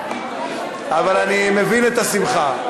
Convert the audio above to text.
אבל אני מבין את השמחה.